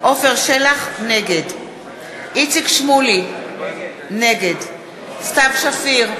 נגד איציק שמולי, נגד סתיו שפיר,